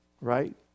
Right